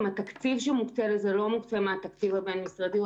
שהתקציב שמוקצה לזה לא מוקצה מהתקציב הבין-משרדי.